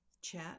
chat